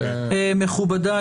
מכובדיי,